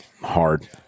hard